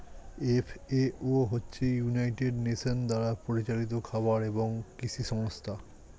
FAO হচ্ছে United Nations দ্বারা পরিচালিত খাবার এবং কৃষি সংস্থা